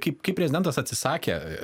kai kai prezidentas atsisakė